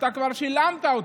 אתה כבר שילמת אותו,